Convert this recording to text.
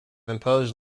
imposed